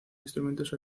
instrumentos